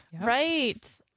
Right